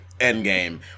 Endgame